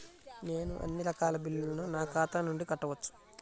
నేను అన్నీ రకాల బిల్లులను నా ఖాతా నుండి కట్టవచ్చా?